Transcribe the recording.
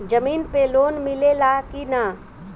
जमीन पे लोन मिले ला की ना?